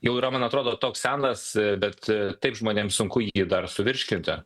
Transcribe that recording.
jau yra man atrodo toks senas bet taip žmonėms sunku jį dar suvirškinti